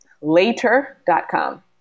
Later.com